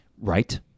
Right